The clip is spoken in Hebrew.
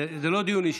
זה לא דיון אישי.